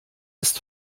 ist